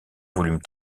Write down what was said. volume